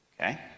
Okay